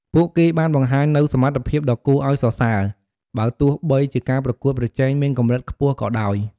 ពួកគេបានបង្ហាញនូវសមត្ថភាពដ៏គួរឱ្យសរសើរ បើទោះបីជាការប្រកួតប្រជែងមានកម្រិតខ្ពស់ក៏ដោយ។